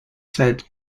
said